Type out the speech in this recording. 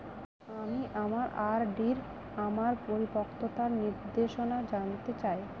আমি আমার আর.ডি এর আমার পরিপক্কতার নির্দেশনা জানতে চাই